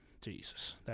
Jesus